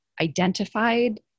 identified